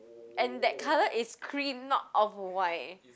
and that colour is cream not off-white